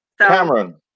Cameron